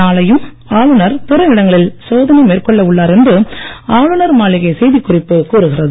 நாளையும் ஆளுநர் பிற இடங்களில் சோதனை மேற்கொள்ள உள்ளார் என்று ஆளுநர் மாளிகை செய்திக்குறிப்பு கூறுகிறது